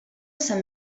sant